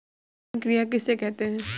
अंकुरण क्रिया किसे कहते हैं?